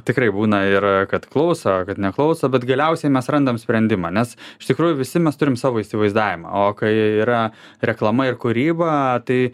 tikrai būna ir kad klauso ar kad neklauso bet galiausiai mes randam sprendimą nes iš tikrųjų visi mes turim savo įsivaizdavimą o kai yra reklama ir kūryba tai